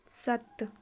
ਸੱਤ